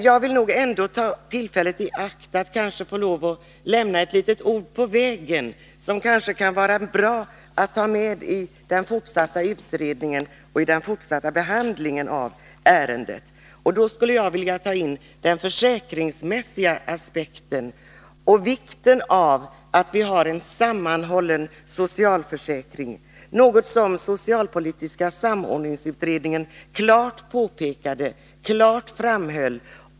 Jag vill ändå ta tillfället i akt att lämna ett litet ord på vägen, som kanske kan vara bra att ta med i den slutgiltiga behandlingen av ärendet. Jag vill ta in den försäkringsmässiga aspekten och betona vikten av att vi har en sammanhållen socialförsäkring, något som socialpolitiska samordningsutredningen klart framhöll.